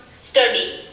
study